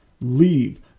Leave